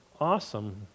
awesome